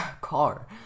Car